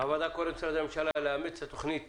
הוועדה קוראת למשרדי הממשלה לאמץ את התוכנית